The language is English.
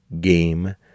Game